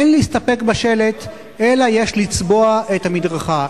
אין להסתפק בשלט אלא יש לצבוע את המדרכה.